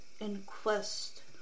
inquest